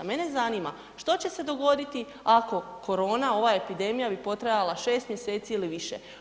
Mene zanima što će se dogoditi ako korona ova epidemija bi potrajala 6 mjeseci ili više.